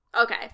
Okay